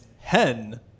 hen